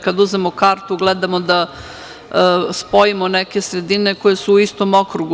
Kada uzmemo kartu, gledamo da spojimo neke sredine koje su u istom okrugu.